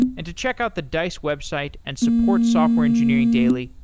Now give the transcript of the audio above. and to check out the dice website and support software engineering daily,